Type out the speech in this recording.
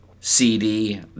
CD